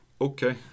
Okay